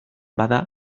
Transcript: bada